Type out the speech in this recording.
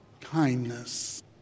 kindness